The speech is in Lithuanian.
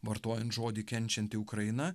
vartojant žodį kenčianti ukraina